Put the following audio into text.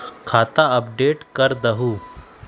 खाता अपडेट करदहु?